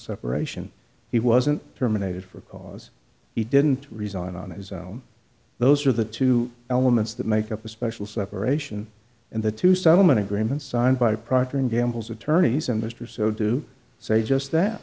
separation he wasn't terminated for cause he didn't resign on his own those are the two elements that make up a special separation and the two settlement agreements signed by procter and gamble's attorneys and mr so do say just that